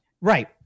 Right